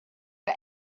for